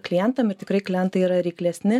klientam ir tikrai klientai yra reiklesni